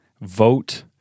vote